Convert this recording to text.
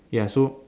ya so